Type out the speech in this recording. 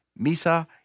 Misa